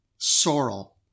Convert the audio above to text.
Sorrel